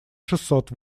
шестьсот